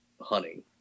hunting